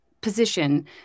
position